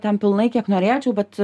ten pilnai kiek norėčiau bet